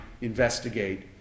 investigate